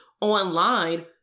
online